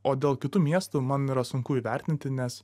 o dėl kitų miestų man yra sunku įvertinti nes